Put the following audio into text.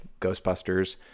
ghostbusters